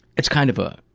it's kind of a,